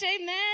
amen